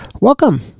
Welcome